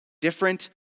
different